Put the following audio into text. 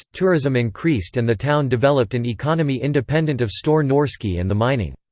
tourism increased and the town developed an economy independent of store norske and the mining.